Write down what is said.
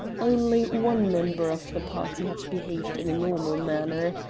only one member of the party had behaved in a normal manner.